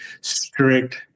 strict